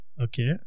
Okay